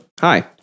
hi